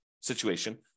situation